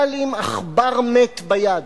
אבל עם עכבר מת ביד.